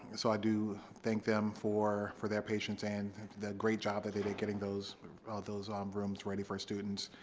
and so i do thank them for for their patience and the great job that they did getting those ah those um rooms ready for students.